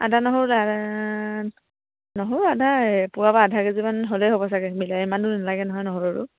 আদা নহৰু নহৰু আদা পোৱা বা আধা কেজিমান হ'লেই হ'ব চাগে মিলাই ইমানটো নেলাগে নহয় নহৰু আৰু